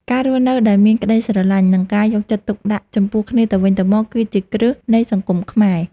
ការរស់នៅដោយមានក្តីស្រឡាញ់ និងការយកចិត្តទុកដាក់ចំពោះគ្នាទៅវិញទៅមកគឺជាគ្រឹះនៃសង្គមខ្មែរ។